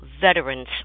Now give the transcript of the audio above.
veterans